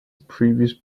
previous